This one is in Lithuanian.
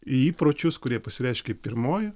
į įpročius kurie pasireiškė pirmoj